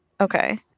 Okay